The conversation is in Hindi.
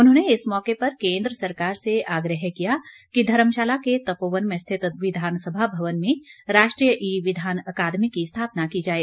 उन्होंने इस मौके पर केन्द्र सरकार से आग्रह किया कि धर्मशाला के तपोवन में स्थित विधानसभा भवन में राष्ट्रीय ई विधान अकादमी की स्थापना की जाए